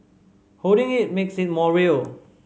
holding it makes it more real